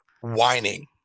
Whining